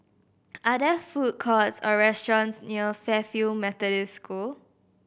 are there food courts or restaurants near Fairfield Methodist School